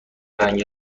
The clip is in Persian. رنگ